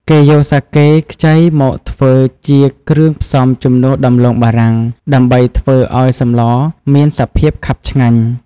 គេយកសាកេខ្ចីមកធ្វើជាគ្រឿងផ្សំជំនួសដំឡូងបារាំង ដើម្បីធ្វើឱ្យសម្លមានសភាពខាប់ឆ្ងាញ់។